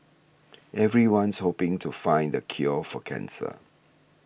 everyone's hoping to find the cure for cancer